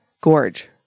gorge